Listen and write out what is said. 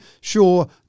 Sure